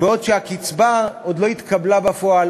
בעוד שהקצבה עוד לא התקבלה בפועל,